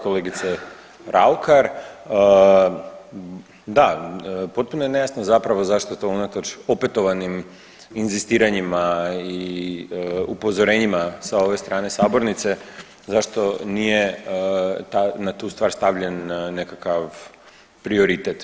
Kolegice Raukar, da potpuno je nejasno zapravo zašto je to unatoč opetovanim inzistiranjima i upozorenjima sa ove strane sabornice zašto nije na tu stvar stavljen nekakav prioritet?